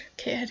okay